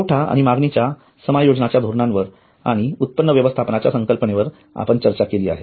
पुरवठा आणि मागणी च्या समायोजनाच्या धोरणांवर आणि उत्पन्न व्यवस्थापनाच्या संकल्पनेवर आपण चर्चा केली आहे